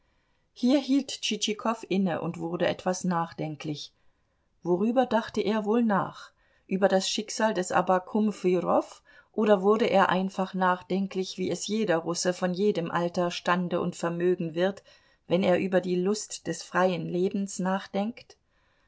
hier hielt tschitschikow inne und wurde etwas nachdenklich worüber dachte er wohl nach über das schicksal des abakum fyrow oder wurde er einfach nachdenklich wie es jeder russe von jedem alter stande und vermögen wird wenn er über die lust des freien lebens nachdenkt